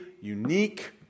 unique